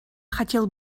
хотел